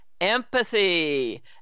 empathy